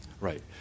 Right